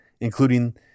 including